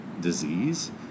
disease